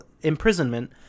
imprisonment